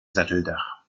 satteldach